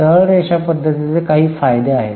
सरळ रेषा पद्धतीचे काही फायदे आहेत